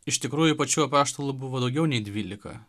iš tikrųjų pačių apaštalų buvo daugiau nei dvylika